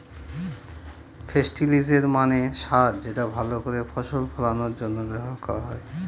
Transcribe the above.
ফেস্টিলিজের মানে সার যেটা ভাল করে ফসল ফলানোর জন্য ব্যবহার করা হয়